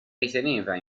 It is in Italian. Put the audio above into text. riteneva